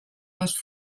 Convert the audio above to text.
les